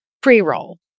pre-roll